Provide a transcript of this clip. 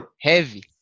Heavy